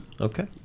Okay